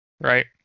Right